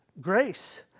grace